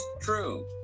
true